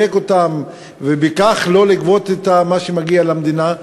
אותם ובכך לא לגבות את מה שמגיע למדינה,